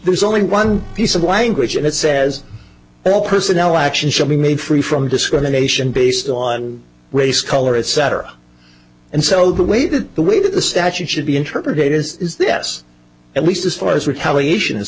there's only one piece of language and it says all personnel action shall be made free from discrimination based on race color etc and so the way that the way that the statute should be interpreted is the yes at least as far as retaliation is